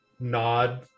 nod